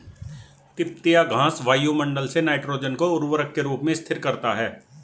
तिपतिया घास वायुमंडल से नाइट्रोजन को उर्वरक के रूप में स्थिर करता है